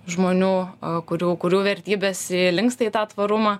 žmonių kurių kurių vertybės linksta į tą tvarumą